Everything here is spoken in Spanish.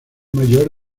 mayor